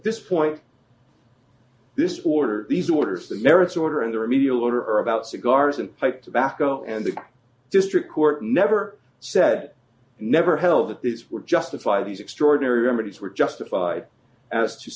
at this point this quarter these orders the merits order and the remedial order are about cigars and pipe tobacco and the district court never said never held that these were justified these extraordinary remedies were justified as to